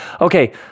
Okay